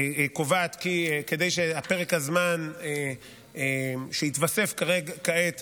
קובעת כי כדי שפרק הזמן שהתווסף כעת